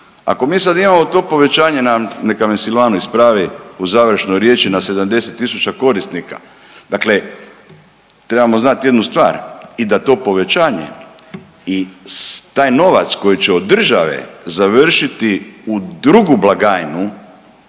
Ako mi sad imamo to povećanje na, neka me Silvano ispravi, u završnoj riječi, na 70 tisuća korisnika, dakle trebamo znati jednu stvar, i da to povećanje i taj novac koji će od države završiti u drugu blagajnu,